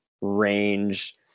range